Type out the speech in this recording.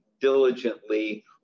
diligently